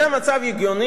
אבל את זה אי-אפשר לעשות.